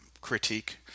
critique